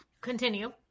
continue